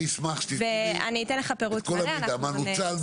אשמח שתתני לי את כל המידע: מה נוצל?